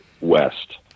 West